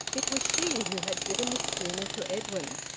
it was she who had given the schooner to edwin.